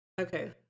Okay